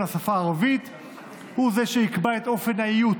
של השפה הערבית הוא שיקבע את אופן האיות